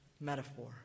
metaphor